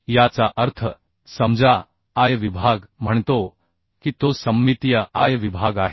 याचा अर्थ समजा I विभाग म्हणतो की तो सममितीय I विभाग आहे